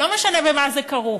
לא משנה במה זה כרוך,